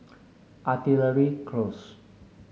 Artillery Close